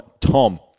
Tom